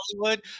Hollywood